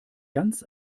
ganz